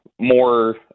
More